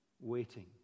Waiting